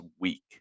week